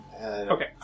okay